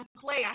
play